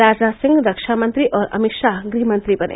राजनाथ सिंह रक्षामंत्री और अमित शाह गृहमंत्री बने